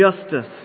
justice